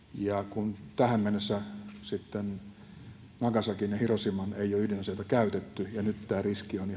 kun tähän mennessä sitten nagasakin ja hiroshiman ei ole ydinaseita käytetty ja nyt tämä riski on